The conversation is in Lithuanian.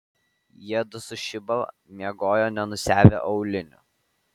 jiedu su šiba miegojo nenusiavę aulinių